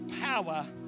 power